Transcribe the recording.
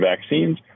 vaccines